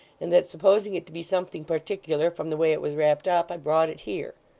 and that supposing it to be something particular from the way it was wrapped up, i brought it here